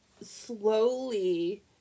slowly